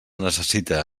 necessita